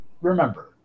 remember